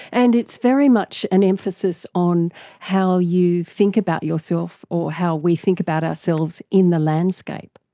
and it's very much an emphasis on how you think about yourself or how we think about ourselves in the landscape.